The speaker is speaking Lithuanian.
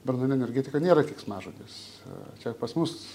branduolinė energetika nėra keiksmažodis čia pas mus